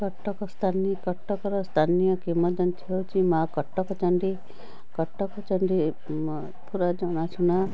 କଟକ ସ୍ଥାନୀୟ କଟକର ସ୍ଥାନୀୟ କିମ୍ବଦନ୍ତୀ ହେଉଛି ମାଁ କଟକ ଚଣ୍ଡୀ କଟକଚଣ୍ଡୀ ପୁରାଜଣାଶୁଣା